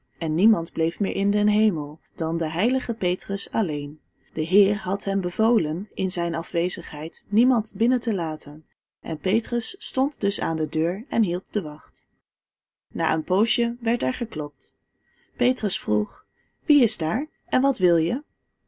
en niemand bleef meer in den hemel dan de heilige petrus alléén de heer had hem bevolen in zijn afwezigheid niemand binnen te laten en petrus stond dus aan de deur en hield de wacht na een poosje werd er geklopt petrus vroeg wie is daar en wat wil je